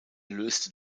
löste